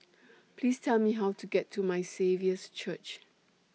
Please Tell Me How to get to My Saviour's Church